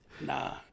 Nah